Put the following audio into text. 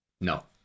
No